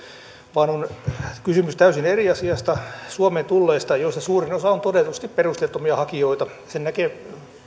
vaan on kysymys täysin eri asiasta suomeen tulleista joista suurin osa on todetusti perusteettomia hakijoita sen näkee